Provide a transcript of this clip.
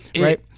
right